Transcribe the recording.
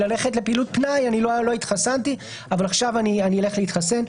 ללכת לפעילות פנאי אבל עכשיו הוא ילך להתחסן.